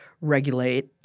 regulate